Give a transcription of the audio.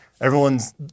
everyone's